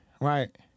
Right